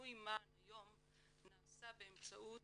ששינוי מען היום נעשה באמצעות